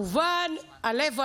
וכמובן, לב העניין,